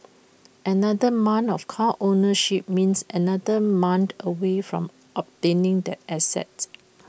another month of car ownership means another month away from obtaining that asset